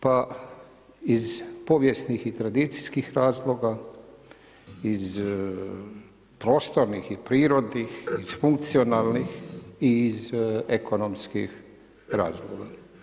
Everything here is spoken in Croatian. Pa iz povijesnih i tradicijskih razloga, iz prostornih i prirodnih, iz funkcionalnih i iz ekonomskih razloga.